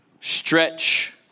Stretch